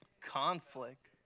Conflict